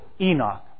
Enoch